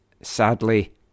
sadly